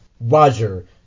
Roger